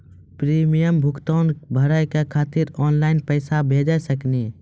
Premium भुगतान भरे के खातिर ऑनलाइन पैसा भेज सकनी?